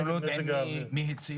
אנחנו לא יודעים מי הצית.